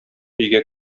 өйгә